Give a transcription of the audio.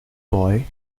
boy